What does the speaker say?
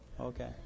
Okay